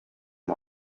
him